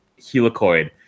helicoid